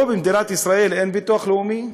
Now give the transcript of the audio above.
פה במדינת ישראל אין ביטוח לאומי?